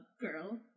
girl